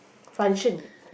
function